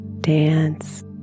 dance